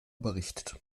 berichtet